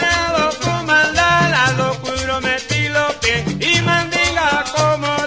no no no no no no